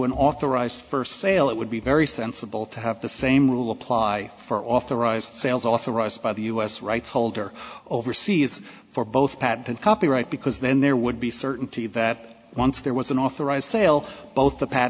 an authorised first sale it would be very sensible to have the same rule apply for authorized sales authorized by the us rights holder overseas for both bad copyright because then there would be certainty that once there was an authorized sale both the pa